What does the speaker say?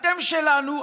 אתם שלנו,